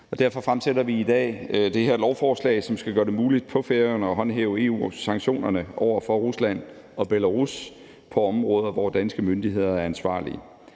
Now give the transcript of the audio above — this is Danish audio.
Derfor fremsætter vi i dag det her lovforslag, som skal gøre det muligt på Færøerne at håndhæve EU-sanktionerne over for Rusland og Belarus på områder, hvor danske myndigheder er ansvarlige.